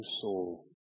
soul